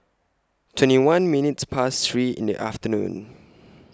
twenty one minutes Past three in The afternoon